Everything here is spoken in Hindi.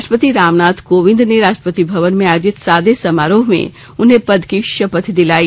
राष्ट्रपति रामनाथ कोविंद ने राष्ट्रपति भवन में आयोजित सादे समारोह में उन्हें पद की शपथ दिलाई